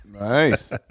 Nice